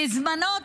בזמנו,